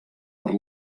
per